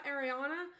Ariana